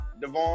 Devon